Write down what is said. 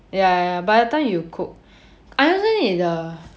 ya ya ya by the time you cook I don't think is a